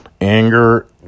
anger